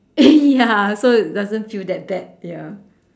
ya so it doesn't feel that bad ya